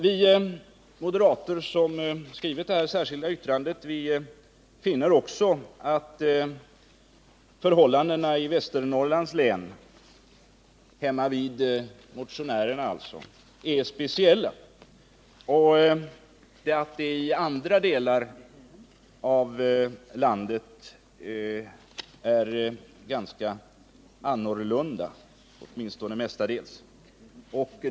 Vi moderater som skrivit det särskilda yttrandet finner vidare att förhållandena i Västernorrlands län — hemmavid motionärerna alltså — är speciella och att det i andra delar av landet är ganska annorlunda, åtminstone mestadels.